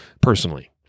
personally